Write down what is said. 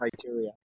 criteria